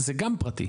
זה גם פרטי.